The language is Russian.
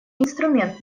инструмент